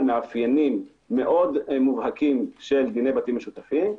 מאפיינים מאוד מובהקים של דיני בתים משותפים,